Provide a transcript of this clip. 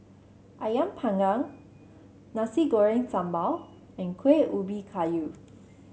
ayam Panggang Nasi Goreng Sambal and Kueh Ubi Kayu